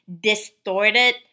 distorted